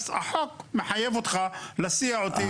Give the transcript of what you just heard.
אז החוק מחייב אותך להסיע אותי.